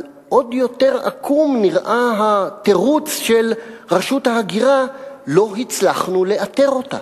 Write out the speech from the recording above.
אבל עוד יותר עקום נראה התירוץ של רשות ההגירה: לא הצלחנו לאתר אותה.